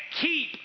keep